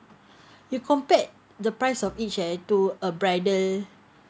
you compared the price of each eh to a bridal